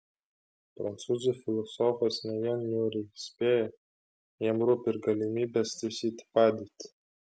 prancūzų filosofas ne vien niūriai įspėja jam rūpi ir galimybės taisyti padėtį